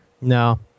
No